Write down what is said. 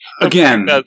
again